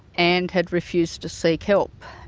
and had refused to seek help.